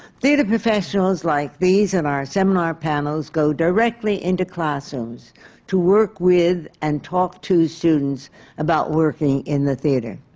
theatre professionals like these on and our seminar panels go directly into classrooms to work with and talk to students about working in the theatre.